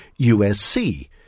USC